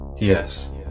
Yes